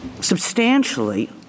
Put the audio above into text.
substantially